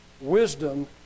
Wisdom